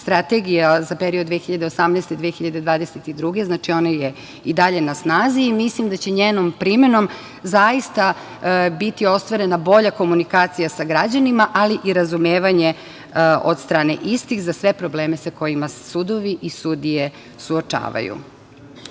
strategija za period 2018-2022. godine. Znači, ona je i dalje na snazi. Mislim da će njenom primenom zaista biti ostvarena bolja komunikacija sa građanima, ali i razumevanje od strane istih za sve probleme sa kojima se sudovi i sudije suočavaju. Sve